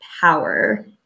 power